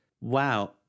wow